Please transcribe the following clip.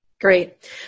Great